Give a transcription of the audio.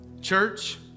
church